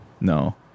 No